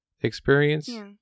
experience